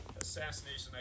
assassination